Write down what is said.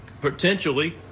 Potentially